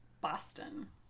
Boston